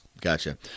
gotcha